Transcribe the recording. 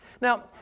Now